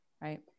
right